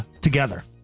together.